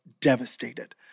devastated